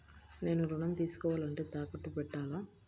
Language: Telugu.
నేను ఋణం తీసుకోవాలంటే తాకట్టు పెట్టాలా?